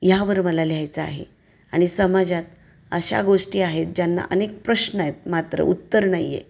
ह्यावर मला लिहायचं आहे आणि समाजात अशा गोष्टी आहेत ज्यांना अनेक प्रश्न आहेत मात्र उत्तर नाही आहे